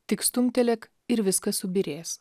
tik stumtelėk ir viskas subyrės